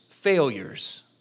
failures